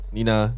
Nina